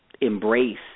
embrace